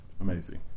Amazing